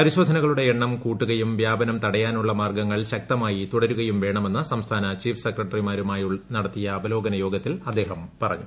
പരിശോധനകളുടെ എണ്ണം കൂട്ടുകയും വ്യാപനം തടയാനുള്ള മാർഗ്ഗങ്ങൾ ശക്തമായി തുടരുകയും വേണമെന്ന് സംസ്ഥാന ചീഫ് സെക്രട്ടറിമാരുമായി നടത്തിയ അവലോകന യോഗത്തിൽ അദ്ദേഹം പറഞ്ഞു